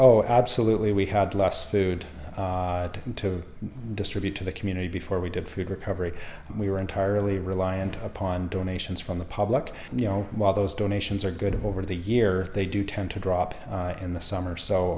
oh absolutely we had less food to distribute to the community before we did food recovery and we were entirely reliant upon donations from the public and you know while those donations are good over the year they do tend to drop in the summer so